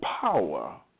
power